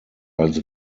als